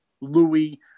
Louis